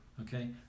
Okay